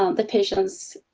um the patients.